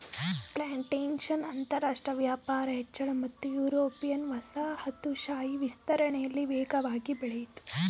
plantation ಅಂತರಾಷ್ಟ್ರ ವ್ಯಾಪಾರ ಹೆಚ್ಚಳ ಮತ್ತು ಯುರೋಪಿಯನ್ ವಸಾಹತುಶಾಹಿ ವಿಸ್ತರಣೆಲಿ ವೇಗವಾಗಿ ಬೆಳಿತು